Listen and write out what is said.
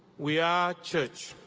we are church.